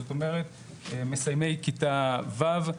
זאת אומרת מסיימי כיתה ו',